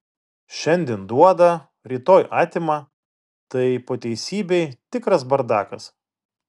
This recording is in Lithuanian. šiandien duoda rytoj atima tai po teisybei tikras bardakas